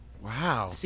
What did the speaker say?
Wow